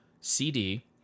CD